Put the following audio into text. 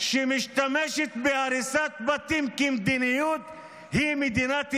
שמשתמשת בהריסת בתים כמדיניות היא מדינת ישראל.